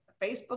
Facebook